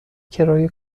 کرایه